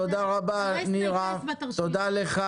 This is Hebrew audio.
תודה רבה.